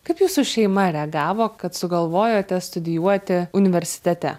kaip jūsų šeima reagavo kad sugalvojote studijuoti universitete